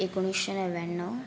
एकोणीश्शे नव्याण्णव